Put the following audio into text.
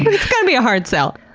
but it's gonna be a hard sell.